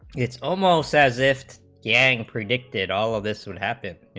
it's almost as if gang predicted all this would happen